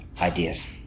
ideas